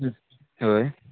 हय